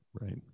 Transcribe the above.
Right